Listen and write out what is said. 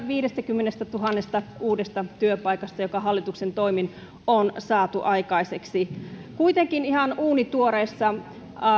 viidestäkymmenestätuhannesta uudesta työpaikasta mitkä hallituksen toimin on saatu aikaiseksi kuitenkin ihan uunituoreessa